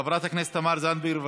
חברת הכנסת תמר זנדברג,